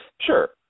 Sure